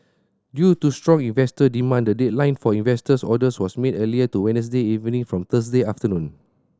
due to strong investor demand the deadline for investor orders was made earlier to Wednesday evening from Thursday afternoon